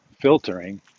filtering